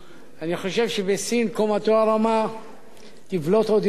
אני חושב שבסין קומתו הרמה תבלוט עוד יותר,